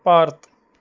Bharat